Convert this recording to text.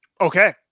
Okay